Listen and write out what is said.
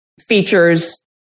features